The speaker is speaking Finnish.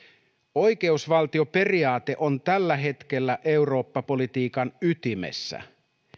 oikeusvaltioperiaate on tällä hetkellä eurooppa politiikan ytimessä